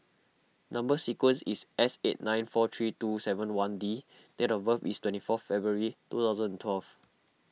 Number Sequence is S eight nine four three two seven one D and date of birth is twenty fourth February two thousand and twelve